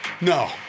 No